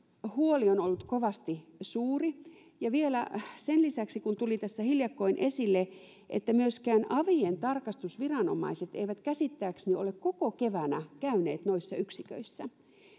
huoli on ollut kovasti suuri ja vielä sen lisäksi mikä tuli tässä hiljakkoin esille myöskään avien tarkastusviranomaiset eivät käsittääkseni ole koko keväänä käyneet noissa yksiköissä